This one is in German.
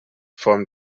form